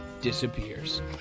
disappears